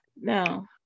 Now